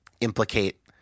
implicate